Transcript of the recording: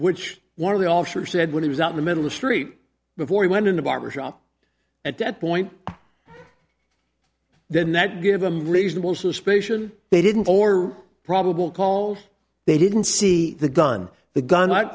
which one of the officers said when he was out in the middle of street before he went in the barbershop at that point then that gave them reasonable suspicion they didn't probable call they didn't see the gun the gun